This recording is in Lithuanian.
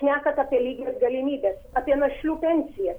šnekant apie lygias galimybes apie našlių pensijas